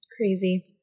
Crazy